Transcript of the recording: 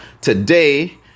today